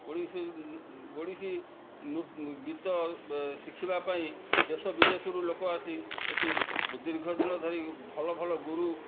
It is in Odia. ଓଡ଼ିଶୀ ଓଡ଼ିଶୀ ନୃ ଗୀତ ଶିଖିବା ପାଇଁ ଦେଶବିଦେଶରୁ ଲୋକ ଆସି ଏଠି ବ ଦୀର୍ଘଦିନ ଧରି ଭଲ ଭଲ ଗୁରୁ